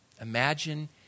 Imagine